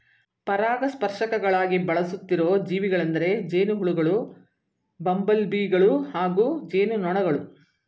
ಪರಾಗಸ್ಪರ್ಶಕಗಳಾಗಿ ಬಳಸುತ್ತಿರೋ ಜೀವಿಗಳೆಂದರೆ ಜೇನುಹುಳುಗಳು ಬಂಬಲ್ಬೀಗಳು ಹಾಗೂ ಜೇನುನೊಣಗಳು